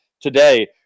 today